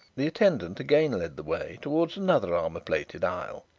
the attendant again led the way towards another armour-plated aisle.